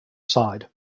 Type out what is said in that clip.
side